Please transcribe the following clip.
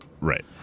Right